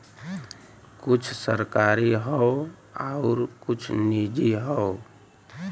कुछ सरकारी हौ आउर कुछ निजी हौ